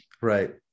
Right